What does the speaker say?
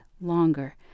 longer